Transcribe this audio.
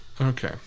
Okay